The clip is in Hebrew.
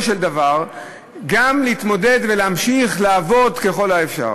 של דבר להתמודד ולהמשיך לעבוד ככל האפשר.